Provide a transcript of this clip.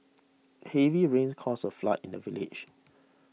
heavy rains caused a flood in the village